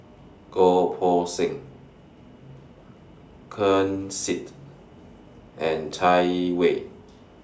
Goh Poh Seng Ken Seet and Chai Yee Wei